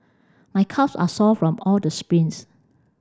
my calves are sore from all the sprints